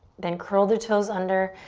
then curl the toes under.